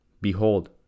Behold